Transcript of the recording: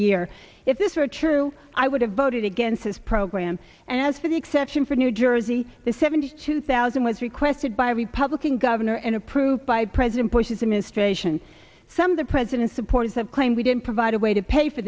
year if this were true i would have voted against his program and as for the exception for new jersey the seventy two thousand was requested by republican governor and approved by president bush's administration some of the president's supporters have claimed we didn't provide a way to pay for